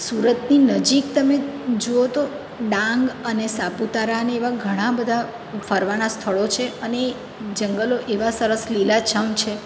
સુરતની નજીક તમે જુઓ તો ડાંગ અને સાપુતારા ને એવા ઘણાં ફરવાના સ્થળો હોય છે અને જંગલો એવા સરસ લીલાછમ છે